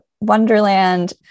wonderland